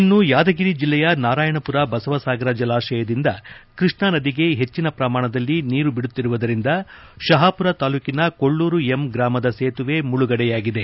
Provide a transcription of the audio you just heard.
ಇನ್ನು ಯಾದಗಿರಿ ಜಲ್ಲೆಯ ನಾರಾಯಣಪುರ ಬಸವಸಾಗರ ಜಲಾಶಯದಿಂದ ಕೃಷ್ಣಾ ನದಿಗೆ ಹೆಚ್ಚಿನ ಪ್ರಮಾಣದಲ್ಲಿ ನೀರು ಬಿಡುತ್ತಿರುವುದರಿಂದ ಶಹಾಪುರ ತಾಲ್ಲೂಕಿನ ಕೊಳ್ಳೂರು ಎಂ ಗ್ರಾಮದ ಸೇತುವೆ ಮುಳುಗಡೆಯಾಗಿದೆ